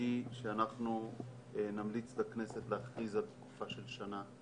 והיא שאנחנו נמליץ לכנסת להכריז על תקופה של שנה.